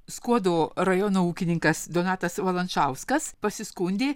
skuodo rajono ūkininkas donatas valančiauskas pasiskundė